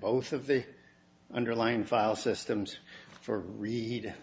both of the underlying file systems for read